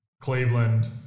Cleveland